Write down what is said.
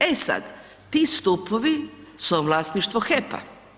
E sad ti stupovi su vlasništvo HEP-a.